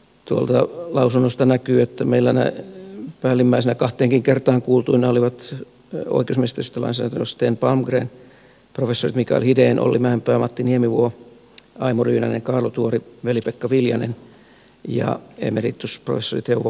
tuolta lausunnosta näkyy että meillä päällimmäisenä kahteenkin kertaan kuultuina olivat oikeusministeriöstä lainsäädäntöneuvos sten palmgren professorit mikael hiden olli mäenpää matti niemivuo aimo ryynänen kaarlo tuori veli pekka viljanen ja emeritusprofessori teuvo pohjolainen